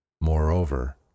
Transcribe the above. Moreover